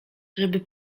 żeby